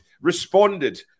responded